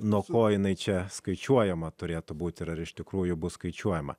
nuo ko jinai čia skaičiuojama turėtų būti ir ar iš tikrųjų bus skaičiuojama